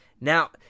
Now